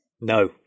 no